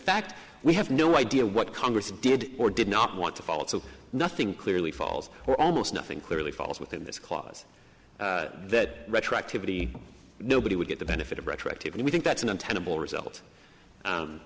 fact we have no idea what congress did or did not want to follow so nothing clearly falls or almost nothing clearly falls within this clause that retroactivity nobody would get the benefit of retroactive and we think that's an untenable result